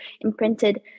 imprinted